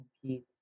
compete